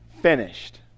finished